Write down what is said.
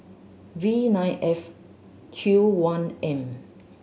V nine F Q one M